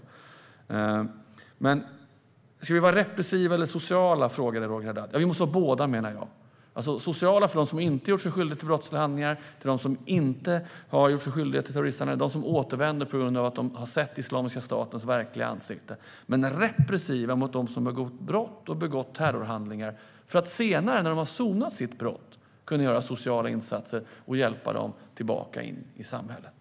Roger Haddad frågar om det ska vara repressiva eller sociala åtgärder. Det ska vara både och, menar jag. De ska vara sociala för dem som inte gjort sig skyldiga till terroristhandlingar och för dem som återvänder på grund av att de har sett Islamiska statens verkliga ansikte. Men de ska vara repressiva mot dem som har begått brott och terrorhandlingar för att man senare, när de har sonat sitt brott, ska kunna göra sociala insatser och hjälpa dem tillbaka in i samhället.